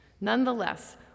Nonetheless